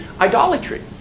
idolatry